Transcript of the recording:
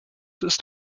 ist